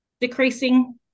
decreasing